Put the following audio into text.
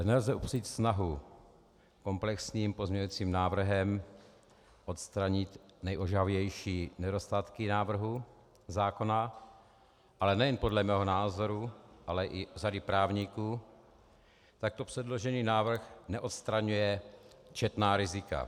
Nelze upřít snahu komplexním pozměňovacím návrhem odstranit nejožehavější nedostatky návrhu zákona, ale nejen podle mého názoru, ale i řady právníků takto předložený návrh neodstraňuje četná rizika.